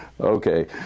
Okay